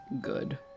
Good